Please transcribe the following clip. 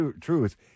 truth